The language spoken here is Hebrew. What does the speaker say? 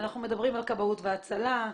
אנחנו מדברים על כבאות והצלה,